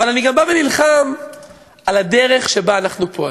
אבל אני גם נלחם על הדרך שבה אנחנו פועלים.